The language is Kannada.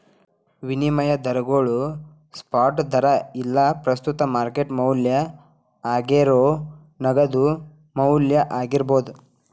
ವಿನಿಮಯ ದರಗೋಳು ಸ್ಪಾಟ್ ದರಾ ಇಲ್ಲಾ ಪ್ರಸ್ತುತ ಮಾರ್ಕೆಟ್ ಮೌಲ್ಯ ಆಗೇರೋ ನಗದು ಮೌಲ್ಯ ಆಗಿರ್ಬೋದು